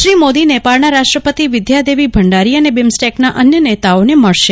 શ્રી મોદી નેપાળના રાષ્ટ્રપતિ વિદ્યા દેવી ભંડારી અને લિમસ્ટેકના અન્ય નેતાઓને મળશે